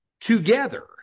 together